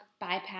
bypass